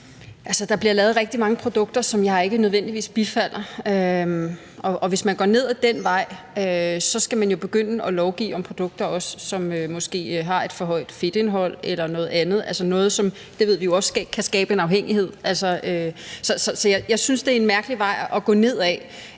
der bliver lavet rigtig mange produkter, som jeg ikke nødvendigvis bifalder, og hvis man går ned ad den vej, skal man jo f.eks. også begynde at lovgive om produkter, som har et for højt fedtindhold eller noget andet – det ved vi jo også kan skabe en afhængighed. Så jeg synes, det er en mærkelig vej at gå ned ad.